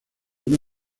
una